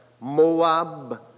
Moab